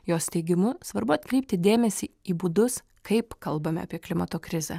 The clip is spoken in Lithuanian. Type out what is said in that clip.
jos teigimu svarbu atkreipti dėmesį į būdus kaip kalbame apie klimato krizę